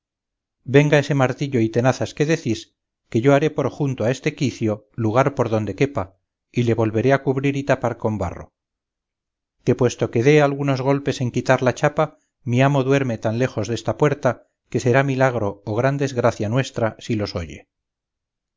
venga ese martillo y tenazas que decís que yo haré por junto a este quicio lugar por donde quepa y le volveré a cubrir y tapar con barro que puesto que dé algunos golpes en quitar la chapa mi amo duerme tan lejos desta puerta que será milagro o gran desgracia nuestra si los oye